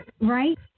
Right